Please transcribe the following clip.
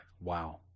Wow